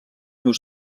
meus